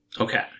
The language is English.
Okay